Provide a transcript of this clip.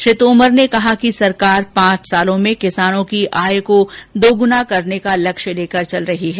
उन्होंने कहा कि सरकार पांच वर्षो में किसानों की आय को दोगुना करने का लक्ष्य लेकर चल रही है